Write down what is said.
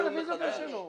זה פתיחת דיון מחדש.